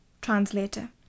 translator